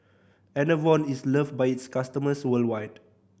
Enervon is loved by its customers worldwide